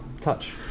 touch